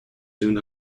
soon